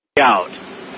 Out